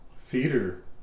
theater